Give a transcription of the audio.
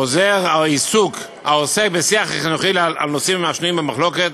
חוזר העוסק בשיח החינוכי על נושאים השנויים במחלוקת,